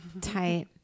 Tight